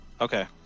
Okay